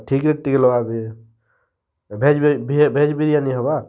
ଆର୍ ଠିକ୍ ରେଟ୍ ଟିକେ ଲଗାବେ ଭେଜ୍ ବିରିୟାନୀ ହେବା